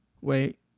Wait